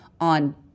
on